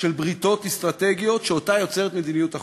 של בריתות אסטרטגיות, שאותה יוצרת מדיניות החוץ.